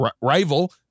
rival